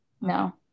no